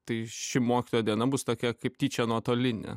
tai ši mokytojo diena bus tokia kaip tyčia nuotolinė